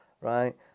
right